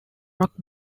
rock